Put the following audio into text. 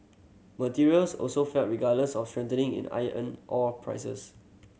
materials also fell regardless of strengthening in iron ore prices